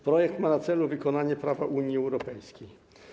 Projekt ma na celu wykonanie prawa Unii Europejskiej.